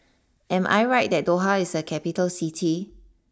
am I right that Doha is a capital City